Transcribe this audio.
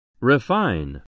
Refine